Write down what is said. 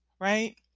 right